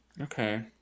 okay